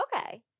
Okay